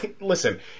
listen